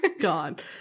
God